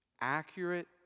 accurate